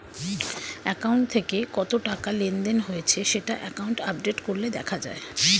account থেকে কত টাকা লেনদেন হয়েছে সেটা অ্যাকাউন্ট আপডেট করলে দেখা যায়